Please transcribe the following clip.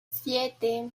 siete